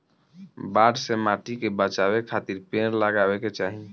बाढ़ से माटी के बचावे खातिर पेड़ लगावे के चाही